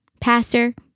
pastor